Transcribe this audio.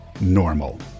normal